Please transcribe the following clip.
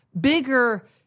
Bigger